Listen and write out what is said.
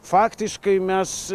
faktiškai mes